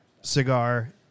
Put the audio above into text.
cigar